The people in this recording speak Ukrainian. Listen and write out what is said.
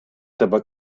тебе